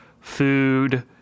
food